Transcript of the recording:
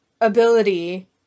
ability